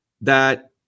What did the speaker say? that-